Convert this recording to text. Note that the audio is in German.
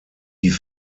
die